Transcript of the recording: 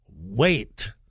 wait